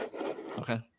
Okay